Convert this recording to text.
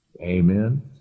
Amen